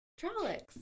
Trollocs